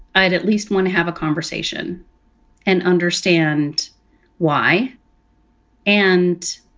i'd at least want to have a conversation and understand why and